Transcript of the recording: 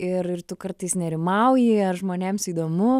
ir tu kartais nerimauji ar žmonėms įdomu